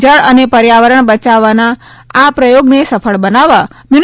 જળ અને પર્યાવરણ બચાવવાના ના આ પ્રયોગને સફળ બનાવવા મ્યુ